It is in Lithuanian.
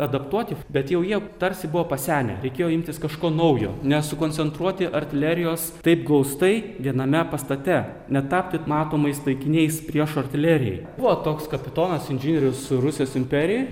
adaptuoti bet jau jie tarsi buvo pasenę reikėjo imtis kažko naujo nesukoncentruoti artilerijos taip glaustai viename pastate netapti matomais taikiniais priešo artilerijai buvo toks kapitonas inžinierius rusijos imperijoj